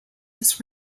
this